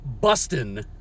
Bustin